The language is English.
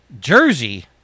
Jersey